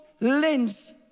lens